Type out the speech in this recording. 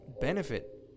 benefit